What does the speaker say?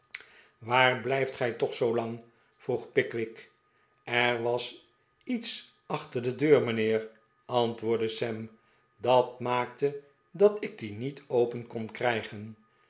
waar blijft gij toch zoolang vroeg pickwick er was iets achter de deur mijnheer antwoordde sam dat maakte dat ik die niet open kon krijgen